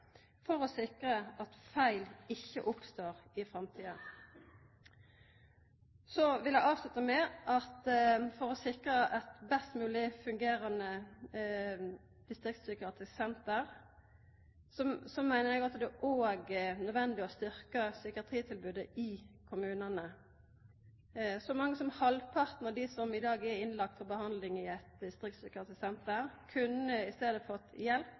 for å sikra at feil ikkje oppstår i framtida. Så vil eg avslutta med at for å sikra best mogleg fungerande distriktspsykiatriske senter er det òg nødvendig å styrkja psykiatritilbodet i kommunane. Så mange som halvparten av dei som i dag er innlagde for behandling i eit distriktspsykiatrisk senter, kunne i staden fått hjelp